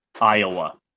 Iowa